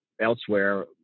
elsewhere